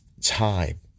time